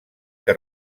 que